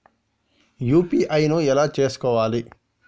UPI ను ఎలా చేస్కోవాలి?